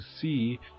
see